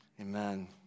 Amen